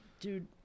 dude